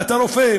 ואתה רופא,